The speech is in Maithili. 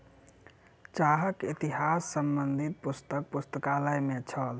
चाहक इतिहास संबंधी पुस्तक पुस्तकालय में छल